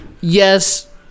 yes